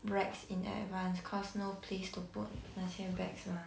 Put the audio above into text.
racks in advance cause no place to put 那些 bags mah